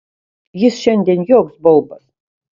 jis šiandien joks baubas